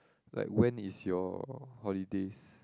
like when is your holidays